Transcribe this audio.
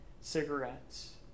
cigarettes